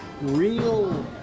real